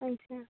ᱟᱪᱪᱷᱟ